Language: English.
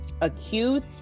acute